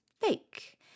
Fake